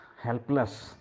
helpless